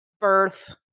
birth